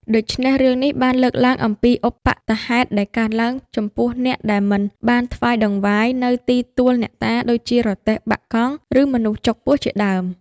ដូច្នេះរឿងនេះបានលើកឡើងអំពីឧប្បត្តិហេតុដែលកើតឡើងចំពោះអ្នកដែលមិនបានថ្វាយតង្វាយនៅទីទួលអ្នកតា ដូចជារទេះបាក់កង់ ឬមនុស្សចុកពោះជាដើម ។